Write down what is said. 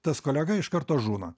tas kolega iš karto žūna